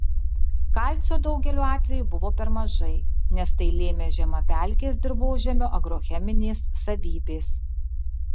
kalcio daugeliu atvejų buvo per mažai nes tai lėmė žemapelkės dirvožemio agrocheminės savybės